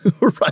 right